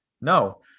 No